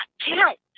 count